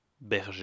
berger